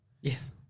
Yes